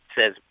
says